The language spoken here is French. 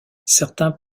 certains